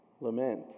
Lament